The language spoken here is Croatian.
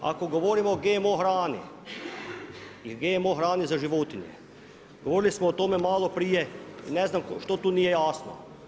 Ako govorimo o GMO hrani i GMO hrani za životinje, govorili smo o tome malo prije i ne znam što tu nije jasno.